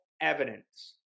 evidence